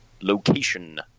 location